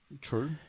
true